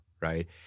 right